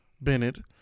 Bennett